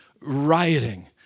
rioting